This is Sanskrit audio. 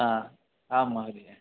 आम् महोदय